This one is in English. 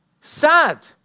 sad